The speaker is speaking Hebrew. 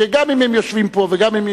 שגם אם הם יושבים פה או שם,